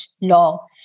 law